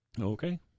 Okay